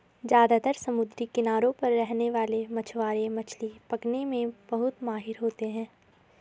ज्यादातर समुद्री किनारों पर रहने वाले मछवारे मछली पकने में बहुत माहिर होते है